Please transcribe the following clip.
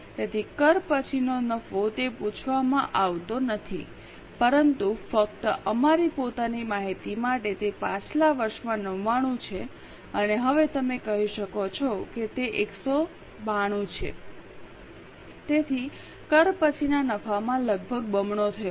તેથી કર પછીનો નફો તે પૂછવામાં આવતો નથી પરંતુ ફક્ત અમારી પોતાની માહિતી માટે તે પાછલા વર્ષમાં 99 છે અને હવે તમે કહી શકો છો કે તે 192 છે તેથી કર પછીના નફામાં લગભગ બમણો થાય છે